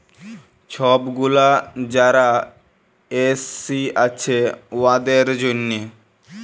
ছব গুলা যারা এস.সি আছে উয়াদের জ্যনহে